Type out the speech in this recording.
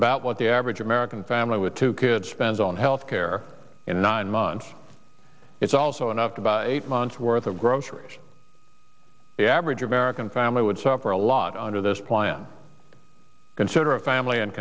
about what the average american family with two kids spend on health care in nine months it's also enough to buy eight months worth of groceries the average american family would suffer a lot under this plan consider a family in